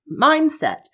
mindset